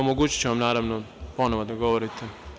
Omogući ću vam, naravno, ponovo da govorite.